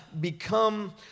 become